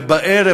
ובערב,